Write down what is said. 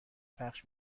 پخش